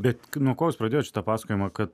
bet nuo ko jūs pradėjot šitą pasakojimą kad